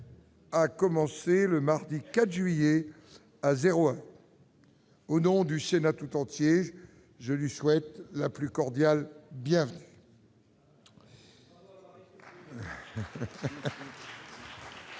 a commencé le mardi 4 juillet 2017, à zéro heure. Au nom du Sénat tout entier, je lui souhaite la plus cordiale bienvenue.